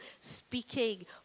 speaking